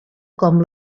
com